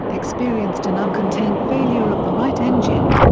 experienced an uncontained failure of the right engine.